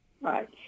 Right